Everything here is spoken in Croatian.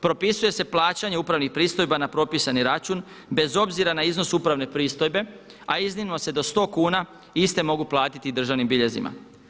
Propisuje se plaćanje upravnih pristojba na propisani račun bez obzira na iznos upravne pristojbe, a iznimno se do 100 kuna iste mogu platiti državnim biljezima.